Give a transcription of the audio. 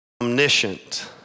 omniscient